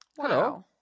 Hello